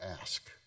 ask